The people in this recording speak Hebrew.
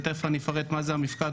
ותכף אני אפרט מה זה המפקד,